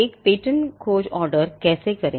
एक पेटेंट खोज ऑर्डर कैसे करें